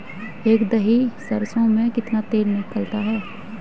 एक दही सरसों में कितना तेल निकलता है?